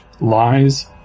lies